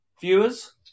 viewers